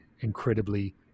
incredibly